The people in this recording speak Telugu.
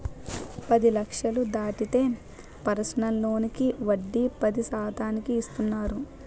పది లక్షలు దాటితే పర్సనల్ లోనుకి వడ్డీ పది శాతానికి ఇస్తున్నారు